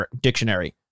Dictionary